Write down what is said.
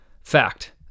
fact